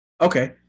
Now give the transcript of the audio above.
Okay